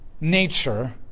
nature